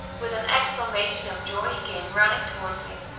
with an exclamation of joy, he came running towards me.